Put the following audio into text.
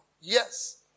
yes